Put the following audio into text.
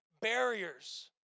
barriers